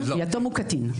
יתום הוא קטין.